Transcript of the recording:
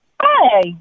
Hi